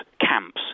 camps